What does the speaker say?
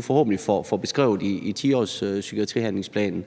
forhåbentlig får beskrevet i den 10-årige psykiatrihandlingsplan,